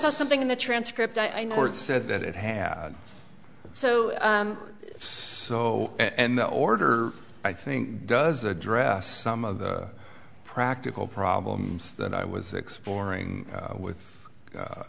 saw something in the transcript i know where it said that it had so it's so and the order i think does address some of the practical problems that i was exploring with